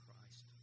Christ